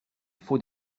faut